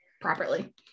properly